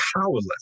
powerless